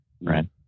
Right